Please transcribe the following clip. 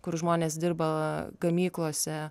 kur žmonės dirba gamyklose